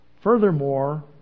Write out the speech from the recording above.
Furthermore